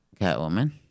Catwoman